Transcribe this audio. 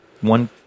one